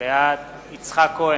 בעד יצחק כהן,